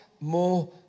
more